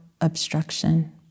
obstruction